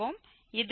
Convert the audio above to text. இது 0